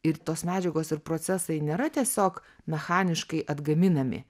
ir tos medžiagos ir procesai nėra tiesiog mechaniškai atgaminami